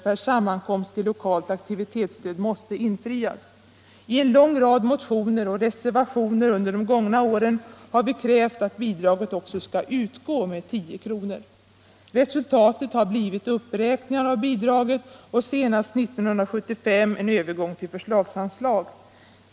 per sammankomst i lokalt aktivitetsstöd infrias. I en lång rad motioner och reservationer under de gångna åren har vi krävt att bidraget skall utgå med 10 kr. Resultatet har blivit uppräkningar av bidraget och senast 1975 en övergång till förslagsanslag.